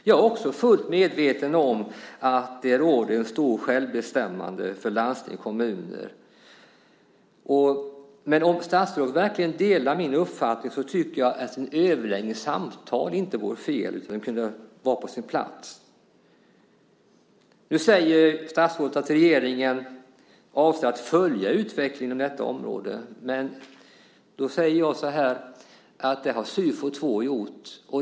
Jag är fullt medveten om att det råder stort självbestämmande för landsting och kommuner, men om statsrådet verkligen delar min uppfattning tycker jag att ett överläggningssamtal inte vore fel; tvärtom kunde det vara på sin plats. Vidare säger statsrådet att regeringen avser att följa utvecklingen på detta område, men då säger jag att det har Sufo 2 redan gjort.